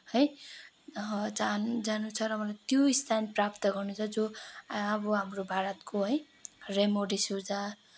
है जानु छ र मलाई त्यो स्थान प्राप्त गर्नु छ जो अब हाम्रो भारतको है रेमो डिसुजा